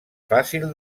fàcil